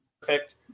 perfect